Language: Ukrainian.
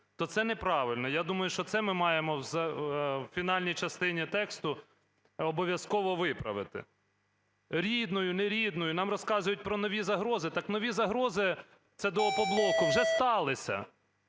то це неправильно. Я думаю, що це ми маємо в фінальній частині тексту обов'язково виправити. Рідною – не рідною. Нам розказують про нові загрози. Так нові загрози – це до "Опоблоку" – вже сталися.